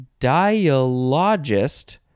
dialogist